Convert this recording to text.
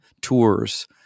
tours